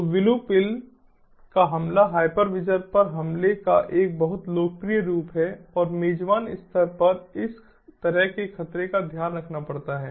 तो blue pill का हमला हाइपरविजर पर हमले का एक बहुत लोकप्रिय रूप है और मेजबान स्तर पर इस तरह के खतरे का ध्यान रखना पड़ता है